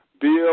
Bill